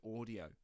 audio